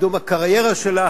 קידום הקריירה שלה,